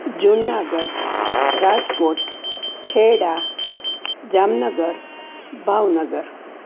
Junagadh Rajkot Kheda Jamnagar Bhavnagar